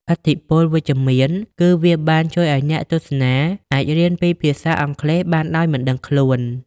ឥទ្ធិពលវិជ្ជមានគឺវាបានជួយឱ្យអ្នកទស្សនាអាចរៀនភាសាអង់គ្លេសបានដោយមិនដឹងខ្លួន។